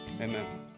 Amen